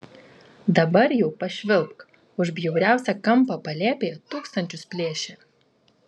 dabar jau pašvilpk už bjauriausią kampą palėpėje tūkstančius plėšia